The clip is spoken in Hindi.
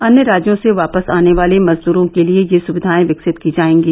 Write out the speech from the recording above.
अन्य राज्यों से वापस आने वाले मजदूरों के लिए ये सुविधाएं विकसित की जाएंगी